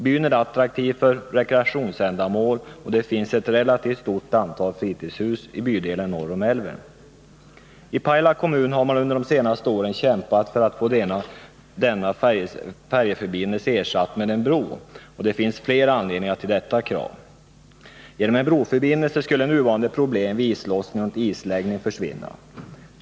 Byn är attraktiv för rekreationsändamål, och det finns ett relativt stort antal fritidshus i bydelen norr om älven. I Pajala kommun har man under de senaste åren kämpat för att få denna färjeförbindelse ersatt med en bro. Det finns flera anledningar till detta krav. Genom en broförbindelse skulle nuvarande problem vid islossning och isläggning försvinna.